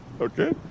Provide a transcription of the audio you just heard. Okay